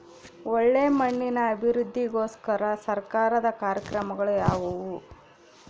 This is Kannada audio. ಒಳ್ಳೆ ಮಣ್ಣಿನ ಅಭಿವೃದ್ಧಿಗೋಸ್ಕರ ಸರ್ಕಾರದ ಕಾರ್ಯಕ್ರಮಗಳು ಯಾವುವು?